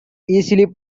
easily